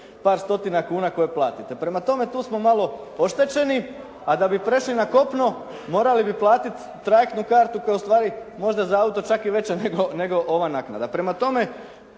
par stotina kuna koje platite. Prema tome tu smo malo oštećeni, a da bi prešli na kopno morali bi platiti trajektnu kartu koja je ustvari možda za auto čak i veća nego ova naknada. Prema tome